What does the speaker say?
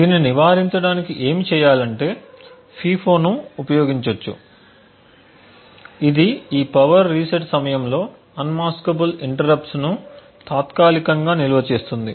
దీన్ని నివారించడానికి ఏమి చేయాలంటే FIFO ను ఉపయోగించవచ్చు ఇది ఈ పవర్ రీసెట్ సమయంలో అన్మాస్కబుల్ ఇంటరప్ట్స్ను తాత్కాలికంగా నిల్వ చేస్తుంది